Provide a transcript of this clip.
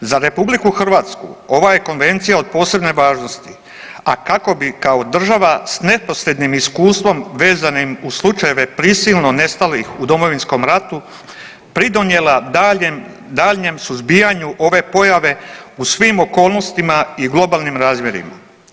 Za RH ova je konvencija od posebne važnosti, a kako bi kao država sa neposrednim iskustvom vezanim uz slučajeve prisilno nestalih u Domovinskom ratu pridonijela daljnjem suzbijanju ove pojave u svim okolnostima i globalnim razmjerima.